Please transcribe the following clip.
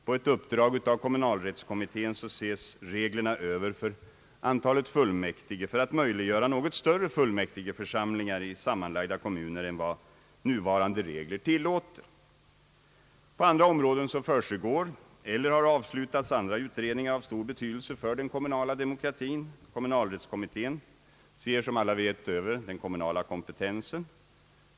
På uppdrag av kommunalrättskommittén ses reglerna över för antalet fullmäktige, för att möjliggöra något större fullmäktigeförsamlingar i sammanlagda kommuner än vad nuvarande regler tillåter. På andra områden försiggår eller har avslutats andra utredningar av stor betydelse för den kommunala demokratin. Kommunalrättskommittén ser som alla vet över den kommunala kompetensen.